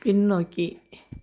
பின்னோக்கி